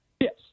Yes